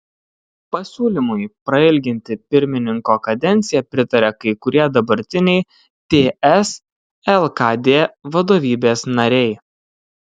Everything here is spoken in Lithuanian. pasiūlymui prailginti pirmininko kadenciją pritaria kai kurie dabartiniai ts lkd vadovybės nariai